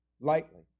lightly